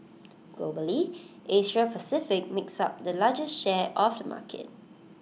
Globally Asia Pacific makes up the largest share of the market